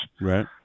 Right